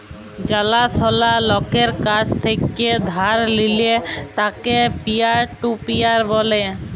জালা সলা লকের কাছ থেক্যে ধার লিলে তাকে পিয়ার টু পিয়ার ব্যলে